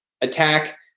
attack